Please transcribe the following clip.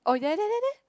oh there there there there